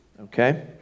Okay